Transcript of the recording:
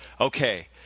okay